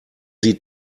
sie